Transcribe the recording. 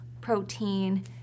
protein